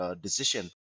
decision